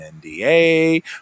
NDA